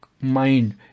mind